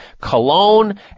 cologne